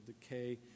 decay